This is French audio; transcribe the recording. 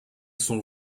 son